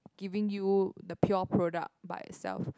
giving you the pure product by itself